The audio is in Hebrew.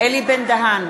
אלי בן-דהן,